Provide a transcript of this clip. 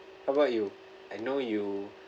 how about you I know you